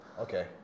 Okay